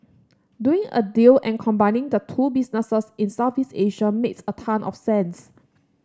doing a deal and combining the two businesses in Southeast Asia makes a ton of sense